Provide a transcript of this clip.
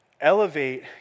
elevate